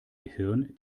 gehirn